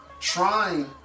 trying